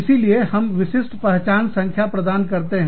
इसीलिए हम विशिष्ट पहचान संख्या प्रदान करते हैं